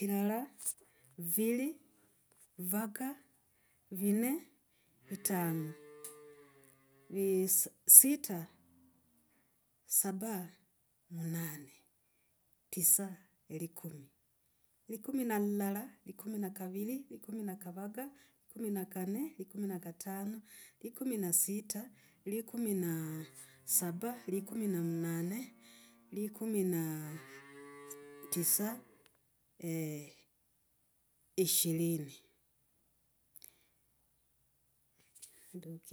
Vilala, vivili, vivaka, vine, vitano, visita, saba, munane, tisa, likumi, likumi na lilala, likumi na kavili, likumi na kavaka, likumi na kanne, likumi na katano, likumi na sita, likumi na saba, likumi na munane, likumi na tisa, e ishirini.